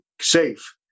safe